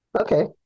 Okay